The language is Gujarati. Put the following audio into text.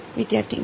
વિદ્યાર્થી ના